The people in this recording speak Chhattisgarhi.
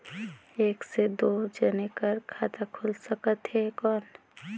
एक से दो जने कर खाता खुल सकथे कौन?